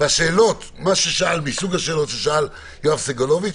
ואת השאלות מסוג השאלות ששאל יואב סגלוביץ,